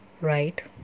right